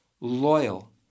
loyal